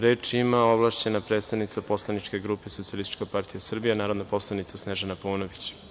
Reč ima ovlašćena predstavnica poslaničke grupe Socijalistička partije Srbije, narodna poslanica Snežana Paunović.